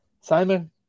Simon